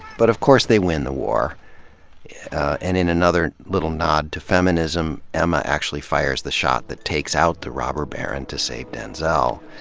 but of course they win the war and in another little nod to feminism, emma actually fires the shot that takes out the robber baron to save denzel.